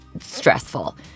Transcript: stressful